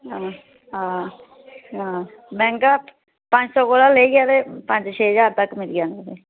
आं आं मैहंगा पंज सौ कोला लेइयै पंज छे ज्हार तगर मिली जाना तुसेंगी